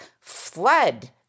flood